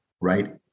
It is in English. right